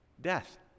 Death